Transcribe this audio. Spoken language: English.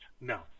No